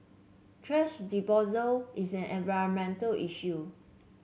thrash disposal is an environmental issue